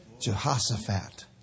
Jehoshaphat